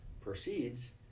proceeds